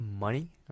money